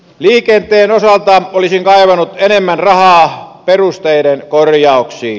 liikenteen osalta olisin kaivannut enemmän rahaa perusteiden korjauksiin